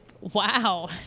Wow